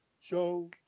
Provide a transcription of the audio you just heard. Show